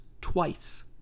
twice